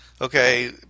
Okay